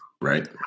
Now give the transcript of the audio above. right